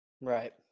Right